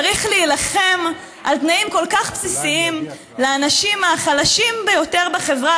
צריך להילחם על תנאים כל כך בסיסיים לאנשים החלשים ביותר בחברה,